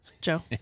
Joe